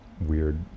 weird